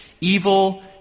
evil